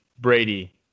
brady